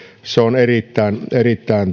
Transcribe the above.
se on erittäin erittäin